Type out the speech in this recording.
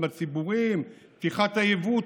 עם הציבורים: פתיחת היבוא,